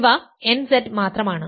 ഇവ nZ മാത്രമാണ്